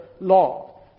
law